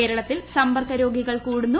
കേരളത്തിൽ സമ്പർക്ക രോഗികൾ കൂടുന്നു